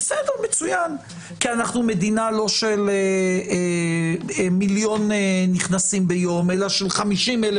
כי אנחנו לא מדינה של מיליון נכנסים ביום אלא של 50,000